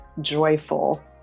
joyful